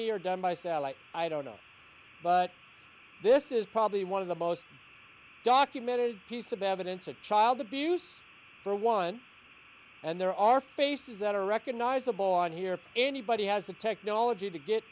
me or down by satellite i don't know but this is probably one of the most documented piece of evidence of child abuse for one and there are faces that are recognizable on here anybody has the technology to get